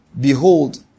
Behold